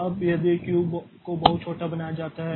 अब यदि q को बहुत छोटा बनाया जाता है